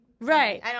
Right